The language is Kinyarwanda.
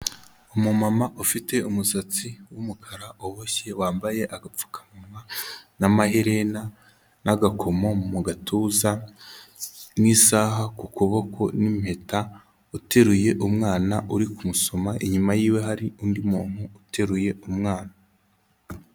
Umumama ufite umusatsi w'umukara uboshye, wambaye agapfukamunwa n'amaherena n'agakomo mu gatuza n'isaha ku kuboko n'impeta, uteruye umwana uri kumusoma, inyuma yiwe hari undi muntu uteruye umwana.